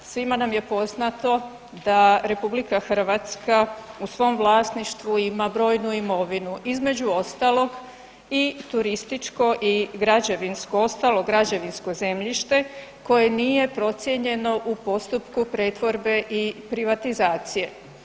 Svima nam je poznato da RH u svom vlasništvu ima brojnu imovinu, između ostalog i turističko i građevinsko, ostalo građevinsko zemljište koje nije procijenjeno u postupku pretvorbe i privatizacije.